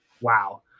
Wow